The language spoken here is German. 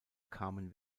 kamen